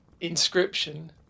inscription